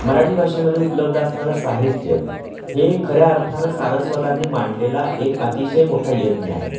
मराठी भाषेमध्ये उपलब्ध असणारं साहित्य हे खऱ्या अर्थानं सारस्वतांनी मांडलेला एक अतिशय मोठा यज्ञ आहे